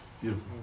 beautiful